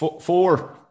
four